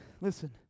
Listen